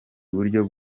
buryo